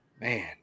Man